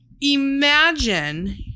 imagine